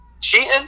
Cheating